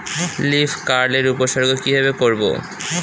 Leaf curl এর উপসর্গ কিভাবে করব?